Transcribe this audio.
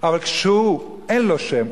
אבל כשאין לו שם,